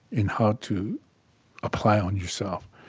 and how to apply on yourself.